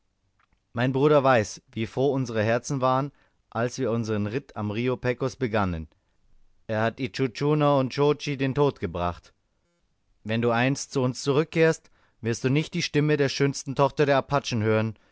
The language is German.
mein bruder weiß wie froh unsere herzen waren als wir unsern ritt am rio pecos begannen er hat intschu tschuna und nscho tschi den tod gebracht wenn du einst zu uns zurückkehrst wirst du nicht die stimme der schönsten tochter der apachen hören